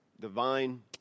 Divine